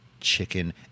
Chicken